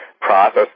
Process